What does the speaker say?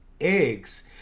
eggs